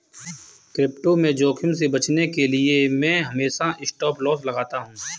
crypto में जोखिम से बचने के लिए मैं हमेशा स्टॉपलॉस लगाता हूं